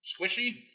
squishy